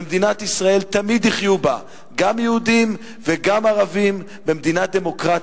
במדינת ישראל תמיד יחיו גם יהודים וגם ערבים במדינה דמוקרטית.